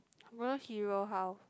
real hero how